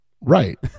Right